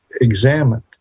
examined